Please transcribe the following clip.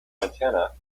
antenna